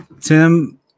Tim